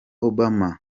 obama